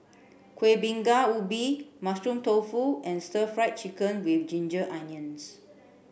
Kueh Bingka Ubi Mushroom Tofu and Stir Fried Chicken with Ginger Onions